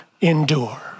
endure